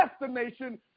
destination